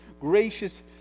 gracious